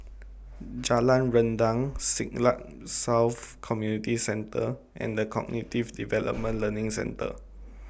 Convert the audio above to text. Jalan Rendang Siglap South Community Centre and The Cognitive Development Learning Centre